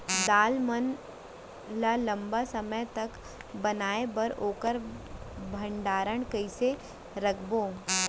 दाल मन ल लम्बा समय तक बनाये बर ओखर भण्डारण कइसे रखबो?